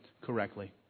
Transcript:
correctly